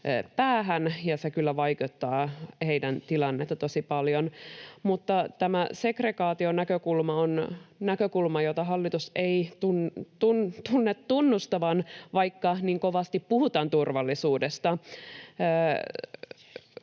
ja se kyllä vaikeuttaa heidän tilannettaan tosi paljon. Mutta tämä segregaation näkökulma on näkökulma, jota hallitus ei tunnu tunnustavan, vaikka niin kovasti puhutaan turvallisuudesta.